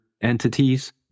entities